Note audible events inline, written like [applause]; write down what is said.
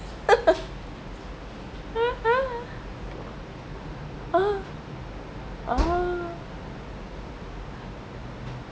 [laughs] [laughs] ah ah